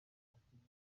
batinya